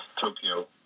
Tokyo